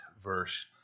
verse